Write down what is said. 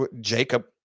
Jacob